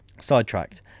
Sidetracked